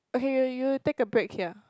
okay okay you'll you'll take a break here